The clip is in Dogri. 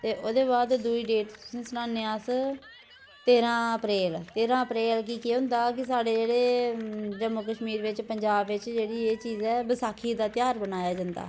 ते ओह्दे बाद दूई डेट तुसें सनाने आं अस तेरां अप्रैल तेरां अप्रैल गी केह् होंदा कि साढ़े जेह्ड़े जम्मू कश्मीर बिच्च पंजाब बिच्च जेह्ड़ी एह् चीज ऐ बसाखी दा ध्यार बनाया जंदा